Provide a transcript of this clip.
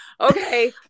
okay